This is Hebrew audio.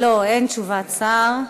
לא, אין תשובת שר.